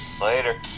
Later